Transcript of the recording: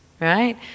right